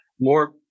more